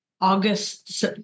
August